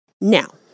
Now